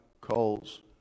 calls